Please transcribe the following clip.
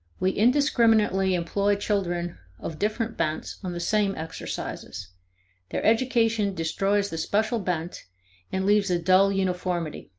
we indiscriminately employ children of different bents on the same exercises their education destroys the special bent and leaves a dull uniformity.